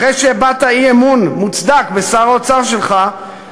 אחרי שהבעת אי-אמון, מוצדק, בשר האוצר שלך.